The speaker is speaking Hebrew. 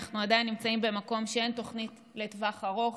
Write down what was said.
אנחנו עדיין נמצאים במקום שאין תוכנית לטווח ארוך,